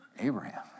Abraham